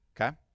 Okay